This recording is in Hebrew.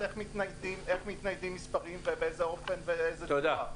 איך מתניידים מספרים ובאיזה אופן ובאיזה צורה,